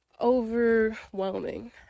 overwhelming